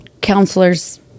counselors